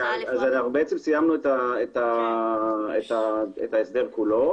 בעצם סיימנו את ההסדר כולו.